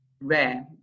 rare